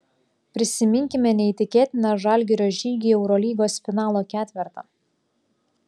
prisiminkime neįtikėtiną žalgirio žygį į eurolygos finalo ketvertą